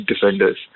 defenders